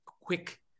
quick